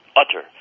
utter